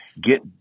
Get